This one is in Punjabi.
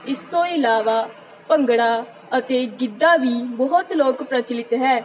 ਇਸ ਤੋਂ ਇਲਾਵਾ ਭੰਗੜਾ ਅਤੇ ਗਿੱਧਾ ਵੀ ਬਹੁਤ ਲੋਕ ਪ੍ਰਚਲਿਤ ਹੈ